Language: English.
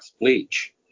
bleach